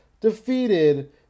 defeated